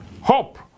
hope